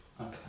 okay